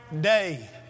day